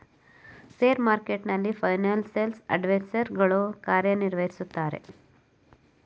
share ಮಾರ್ಕೆಟ್ನಲ್ಲಿ financial advisor ಗಳು ಕಾರ್ಯ ನಿರ್ವಹಿಸುತ್ತಾರೆ